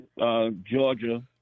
Georgia